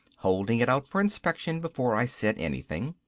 holding it out for inspection before i said anything.